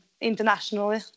internationally